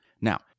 Now